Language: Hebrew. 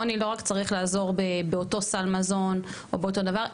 עוני לא רק צריך לעזור באותו סל מזון או באותו דבר,